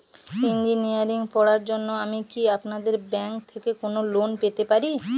Engineering পড়ার জন্য আমি কি আপনাদের ব্যাঙ্ক থেকে কোন লোন পেতে পারি?